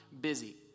busy